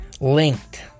linked